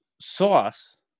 sauce